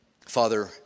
Father